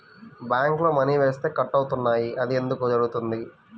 బ్యాంక్లో మని వేస్తే కట్ అవుతున్నాయి అది ఎందుకు జరుగుతోంది?